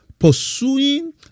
Pursuing